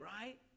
right